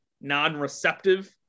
non-receptive